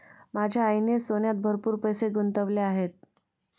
माझ्या आईने सोन्यात भरपूर पैसे गुंतवले आहेत